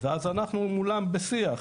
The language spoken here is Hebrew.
ואנחנו מולם בשיח,